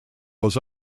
was